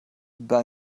buy